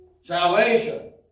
salvation